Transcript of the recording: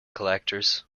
collectors